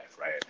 right